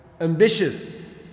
ambitious